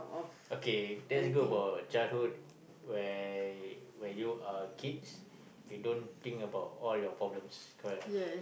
okay that's good about childhood where when you are kids you don't think all your problems correct or not